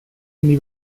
anni